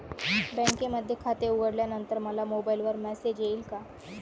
बँकेमध्ये खाते उघडल्यानंतर मला मोबाईलवर मेसेज येईल का?